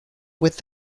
with